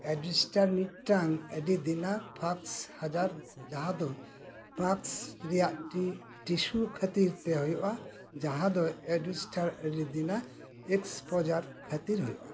ᱮᱵᱤᱥᱴᱟᱨ ᱢᱤᱜᱴᱟᱝ ᱟᱹᱰᱤᱫᱤᱱᱟᱜ ᱯᱷᱟᱠᱥ ᱟᱡᱟᱨ ᱡᱟᱦᱟᱸ ᱫᱚ ᱯᱟᱠᱥ ᱨᱮᱭᱟᱜ ᱴᱤᱥᱩ ᱠᱷᱟᱹᱛᱤᱨ ᱛᱮ ᱦᱩᱭᱩᱜᱼᱟ ᱡᱟᱦᱟᱸ ᱫᱚ ᱮᱵᱤᱥᱴᱟᱨ ᱟᱹᱰᱤ ᱫᱤᱱᱟᱜ ᱮᱠᱥᱯᱳᱡᱟᱨ ᱠᱷᱟᱹᱛᱤᱨ ᱦᱩᱭᱩᱜᱼᱟ